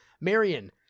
Marion